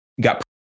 got